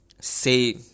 Say